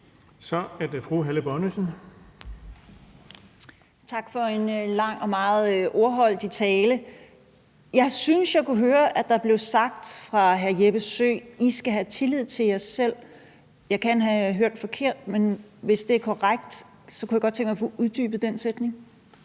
Kl. 15:13 Helle Bonnesen (KF): Tak for en lang og meget ordrig tale. Jeg synes, jeg kunne høre, at der blev sagt fra hr. Jeppe Søes side: I skal have tillid til jer selv. Jeg kan have hørt forkert. Men hvis det er korrekt, kunne jeg godt tænke mig at få uddybet den sætning.